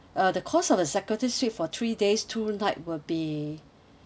uh the cost of executive suite for three days two night will be